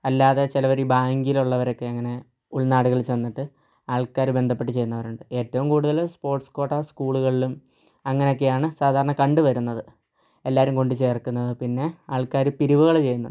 അല്ലാതെ ചിലവർ ഈ ബാങ്കിലുള്ളവരൊക്കെ ഇങ്ങനെ ഉൾനാടുകളിൽ ചെന്നിട്ട് ആൾക്കാർ ബന്ധപ്പെട്ട് ചെയ്യുന്നവരുണ്ട് ഏറ്റവും കൂടുതൽ സ്പോർട്സ് ക്വാട്ട സ്കൂളുകളിലും അങ്ങനെയൊക്കെയാണ് സാധാരണ കണ്ടു വരുന്നത് എല്ലാവരും കൊണ്ട് ചേർക്കുന്നത് പിന്നെ ആൾക്കാർ പിരിവുകൾ ചെയ്യുന്നുണ്ട്